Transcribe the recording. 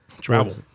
Travel